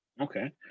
Okay